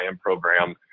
program